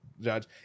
judge